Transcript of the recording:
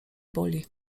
boli